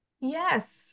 Yes